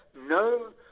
no